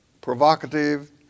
provocative